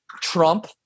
Trump